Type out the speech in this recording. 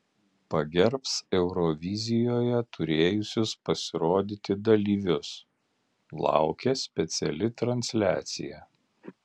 pagerbs eurovizijoje turėjusius pasirodyti dalyvius laukia speciali transliacija